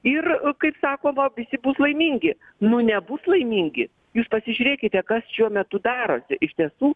ir kaip sakoma visi bus laimingi nebus laimingi jūs pasižiūrėkite kas šiuo metu darosi iš tiesų